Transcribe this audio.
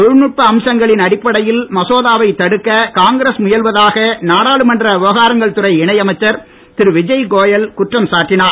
தொழில்நுட்ப அம்சங்களின் அடிப்படையில் மசோதாவை தடுக்க காங்கிரஸ் முயல்வதாக நாடாளுமன்ற விவகாரங்கள் துணை இணையைமச்சர் திரு விஜய்கோயல் குற்றம் சாட்டினார்